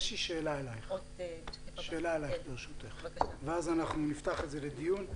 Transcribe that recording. שאלה אלייך, ברשותך, ואז אנחנו נפתח את זה לדיון.